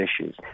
issues